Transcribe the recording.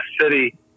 city